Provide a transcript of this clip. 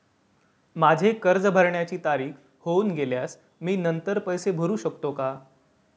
माझे कर्ज भरण्याची तारीख होऊन गेल्यास मी नंतर पैसे भरू शकतो का?